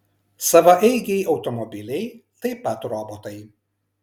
savaeigiai automobiliai taip pat robotai